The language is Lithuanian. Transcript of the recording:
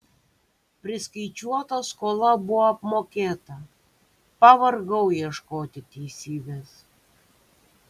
priskaičiuota skola buvo apmokėta pavargau ieškoti teisybės